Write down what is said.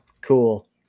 cool